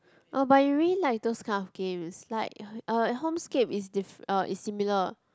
oh but you really like those kind of games like uh Homescapes is dif~ is similar